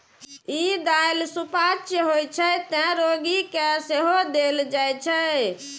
ई दालि सुपाच्य होइ छै, तें रोगी कें सेहो देल जाइ छै